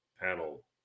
panel